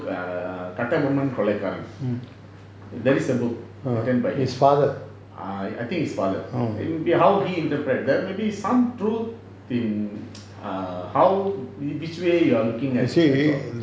err kattabomman கொலைகாரன்:kolaikaaran there is a book written by I think his father it will be how he interpret maybe some truth in err how which way you are looking at that's all